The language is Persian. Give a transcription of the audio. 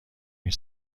این